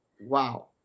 wow